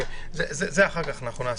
את זה נעשה